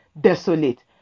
desolate